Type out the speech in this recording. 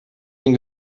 den